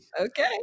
Okay